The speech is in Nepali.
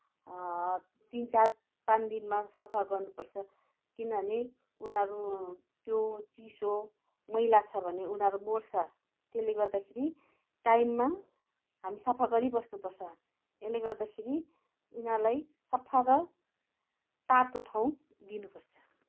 तिन चार पाँच दिनमा सफा गर्नुपर्छ किनभने उनीहरू त्यो चिसो मैला छ भने उनीहरू मर्छ त्यसले गर्दाखेरि टाइममा हामी सफा गरिबस्नु पर्छ यसले गर्दाखेरि यिनीहरूलाई सफा र तातो ठाउँ दिनुपर्छ